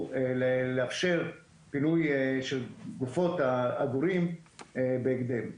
לאפשר פינוי של גופות העגורים בהקדם,